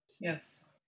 Yes